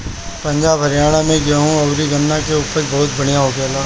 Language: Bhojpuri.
पंजाब, हरियाणा में गेंहू अउरी गन्ना के उपज बहुते बढ़िया होखेला